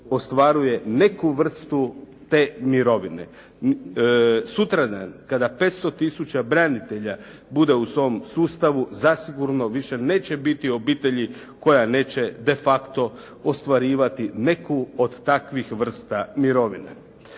ostvaruje neku vrstu te mirovine. Sutradan kada 500000 branitelja bude u svom sustavu zasigurno više neće biti obitelji koja neće de facto ostvarivati neku od takvih vrsta mirovine.